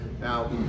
Now